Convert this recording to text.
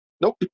nope